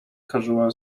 casual